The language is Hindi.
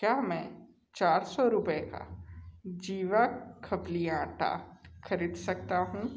क्या मैं चार सौ रुपये का जीवा खप्ली आटा खरीद सकता हूँ